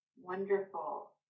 wonderful